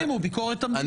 תקימו ביקורת המדינה.